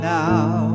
now